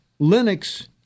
Linux